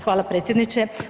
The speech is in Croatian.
Hvala predsjedniče.